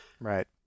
right